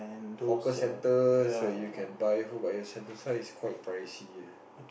hawker centres where you can buy food but sentosa is quite pricey